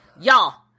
Y'all